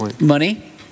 money